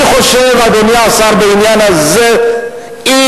אני חושב, אדוני השר, בעניין הזה אי-אפשר,